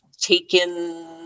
taken